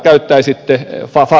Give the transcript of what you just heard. käyttäisitte faktoja